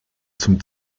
zum